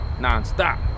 nonstop